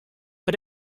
but